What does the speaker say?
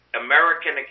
American